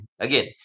again